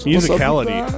Musicality